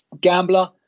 Gambler